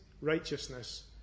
righteousness